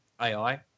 ai